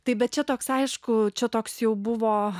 taip bet čia toks aišku čia toks jau buvo